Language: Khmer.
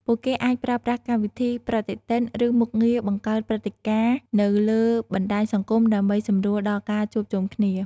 ពួកគេអាចប្រើប្រាស់កម្មវិធីប្រតិទិនឬមុខងារបង្កើតព្រឹត្តិការណ៍នៅលើបណ្តាញសង្គមដើម្បីសម្រួលដល់ការជួបជុំគ្នា ។